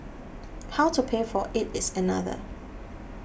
how to pay for it is another